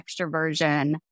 extroversion